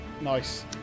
Nice